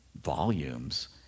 volumes